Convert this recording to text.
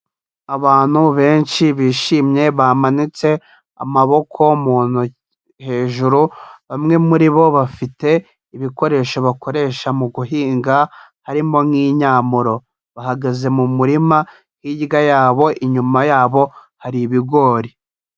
Abantu benshi bishimye bamanitse amaboko mu ntoki hejuru, bamwe muri bo bafite ibikoresho bakoresha mu guhinga harimo nk'incyamuro, bahagaze mu murima hirya yabo inyuma yabo hari ibigori.